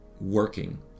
working